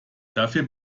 dafür